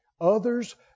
others